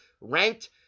ranked